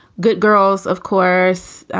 good girls, of course.